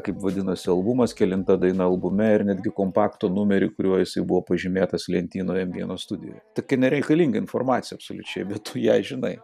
kaip vadinosi albumas kelinta daina albume ir netgi kompakto numerį kuriuo jisai buvo pažymėtas lentynoje em vieno studijoje tokia nereikalinga informacija absoliučiai bet tu ją žinai